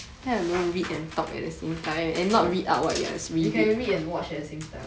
you can read and watch at the same time ah